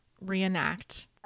reenact